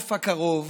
בחורף הקרוב